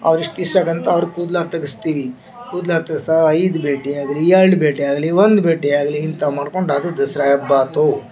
ಆವಾಗ ಇಷ್ಟು ದಿವ್ಸಾಕ್ಕೆ ಅಂತ ಅವ್ರು ಕೂದಲ ತಗಸ್ತೀವಿ ಕೂದಲ ತಗ್ಸಾ ಐದು ಭೇಟಿಯಾಗ್ಲಿ ಎರಡು ಭೆಟಿಯಾಗ್ಲಿ ಒಂದು ಭೇಟಿಯಾಗ್ಲಿ ಇಂಥಾವು ಮಾಡ್ಕೊಂಡು ಅದು ದಸರಾ ಹಬ್ಬ ಆತು